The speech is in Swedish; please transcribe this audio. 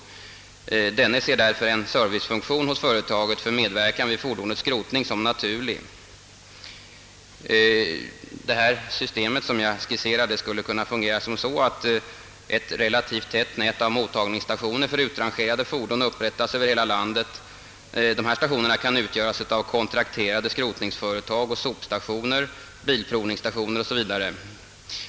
Denne ser därför en servicefunktion hos företaget för medverkan vid for Det system som jag skisserade skulle kunna fungera på det sättet att: ett rela tivt tätt nät av stationer för mottagning av utrangerade fordon upprättas över hela landet. Stationerna kan utgöras av kontrakterade skrotningsföretag, sopstationer, bilprovningsstationer 0. s. v.